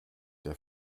der